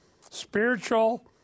spiritual